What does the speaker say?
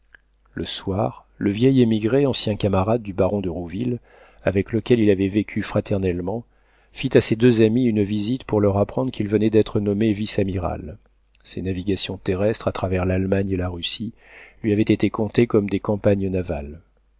le soir le vieil émigré ancien camarade du baron de rouville avec lequel il avait vécu fraternellement fit à ses deux amies une visite pour leur apprendre qu'il venait d'être nommé vice-amiral ses navigations terrestres à travers l'allemagne et la russie lui avaient été comptées comme des campagnes navales